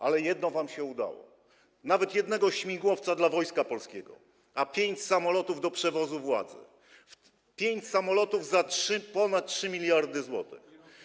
Ale jedno wam się udało: nawet jednego śmigłowca dla Wojska Polskiego, ale pięć samolotów do przewozu władzy, pięć samolotów za ponad 3 mld zł.